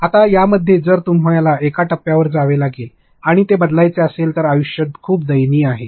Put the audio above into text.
आता त्यामध्ये जर तुम्हाला एका टप्प्यावर जावं लागेल आणि ते बदलायचं असेल तर आयुष्य खूप दयनीय आहे